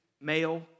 male